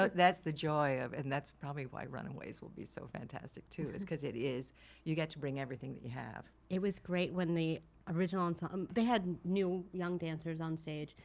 but that's the joy of and that's probably why runaways will be so fantastic, too. cause it is you get to bring everything that you have. it was great when the original and so um they had new young dancers on stage,